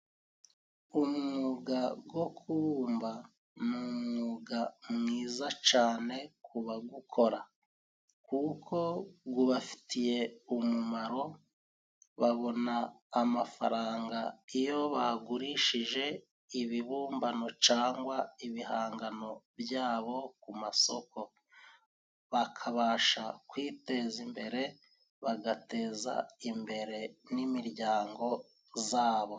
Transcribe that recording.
Umwuga wo kubumba ni umwuga mwiza cyane kubawukora, kuko ubafitiye umumaro. Babona amafaranga iyo bagurishije ibibumbano cyangwa ibihangano byabo ku masoko, bakabasha kwiteza imbere, bagateza imbere n'imiryango yabo.